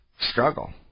struggle